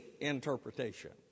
interpretation